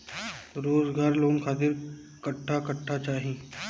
रोजगार लोन खातिर कट्ठा कट्ठा चाहीं?